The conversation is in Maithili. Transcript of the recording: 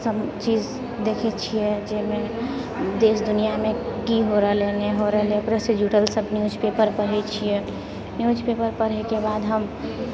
सभ चीज देखैत छियै जाहिमे देश दुनियामे की हो रहल है नहि हो रहल है ओकरासँ जुड़लसभ न्यूजपेपर पढ़ैत छियै न्यूजपेपर पढ़यके बाद हम